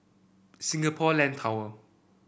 Singapore Land Tower